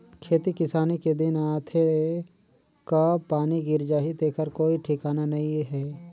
खेती किसानी के दिन आथे कब पानी गिर जाही तेखर कोई ठिकाना नइ हे